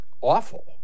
awful